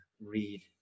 Read